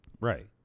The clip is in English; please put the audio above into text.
Right